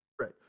right